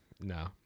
No